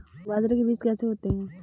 बाजरे के बीज कैसे होते हैं?